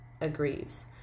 agrees